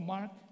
Mark